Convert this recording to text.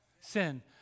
Sin